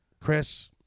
Chris